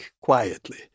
quietly